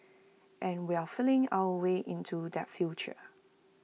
and we're feeling our way into that future